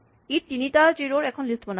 ই তিনিটা জিৰ' ৰ এখন লিষ্ট বনাব